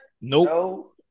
Nope